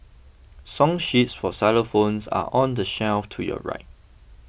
Song sheets for xylophones are on the shelf to your right